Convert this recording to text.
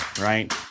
right